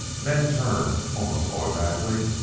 men turn, almost automatically,